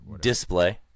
display